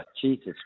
Jesus